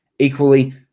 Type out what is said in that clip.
Equally